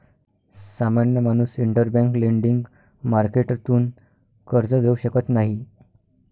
सामान्य माणूस interbank lending मार्केटतून कर्ज घेऊ शकत नाही